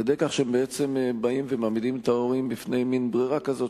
על-ידי כך שמעמידים את ההורים בפני ברירה כזאת,